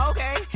Okay